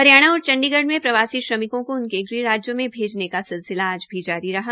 हरियाणा और चंडीगढ़ में प्रवासी श्रमिकों को उनके ग़ह राज्यों में भैजने का सिलसिला आज भी जारी रहा